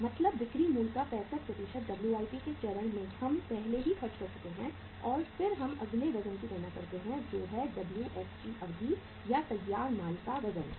मतलब बिक्री मूल्य का 65 WIP के चरण में हम पहले ही खर्च कर चुके हैं और फिर हम अगले वजन की गणना करते हैं जो है WFG अवधि या तैयार माल का वजन है